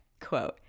quote